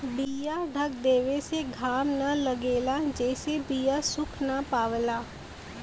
बीया ढक देवे से घाम न लगेला जेसे बीया सुख ना पावला